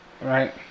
Right